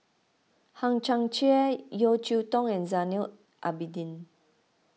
Hang Chang Chieh Yeo Cheow Tong and Zainal Abidin